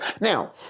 Now